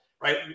right